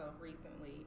recently